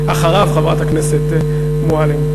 אחריו, חברת הכנסת מועלם.